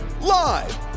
live